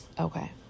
Okay